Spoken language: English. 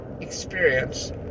experience